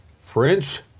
French